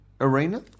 arena